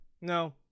no